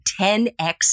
10x